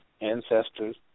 ancestors